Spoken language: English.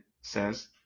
says